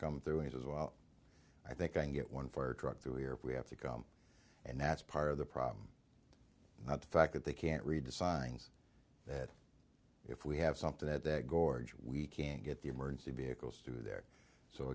come through as well i think i can get one for drug through here we have to go and that's part of the problem not the fact that they can't read the signs that if we have something that gorge we can get the emergency vehicles through there so